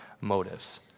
motives